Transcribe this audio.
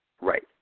Right